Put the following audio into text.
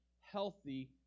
healthy